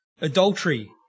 Adultery